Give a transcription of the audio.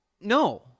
No